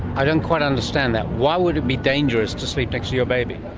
i don't quite understand that, why would it be dangerous to sleep next to your baby?